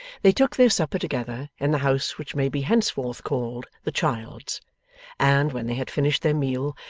they took their supper together, in the house which may be henceforth called the child's and, when they had finished their meal,